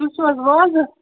تُہۍ چھُو حظ وازٕ